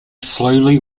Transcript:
slowly